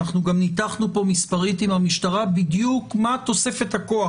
אנחנו גם ניתחנו פה מספרית עם המשטרה בדיוק מה תוספת הכוח,